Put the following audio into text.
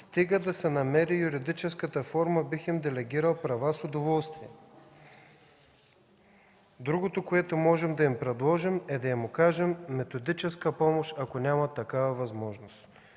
Стига да се намери юридическата форма, бих им делегирал права с удоволствие. Другото, което можем да им предложим, да им окажем методическа помощ, ако нямат такава възможност”.